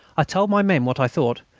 i told my men what i thought,